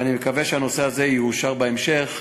ואני מקווה שהנושא הזה יאושר בהמשך,